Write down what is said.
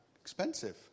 expensive